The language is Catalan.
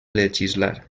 legislar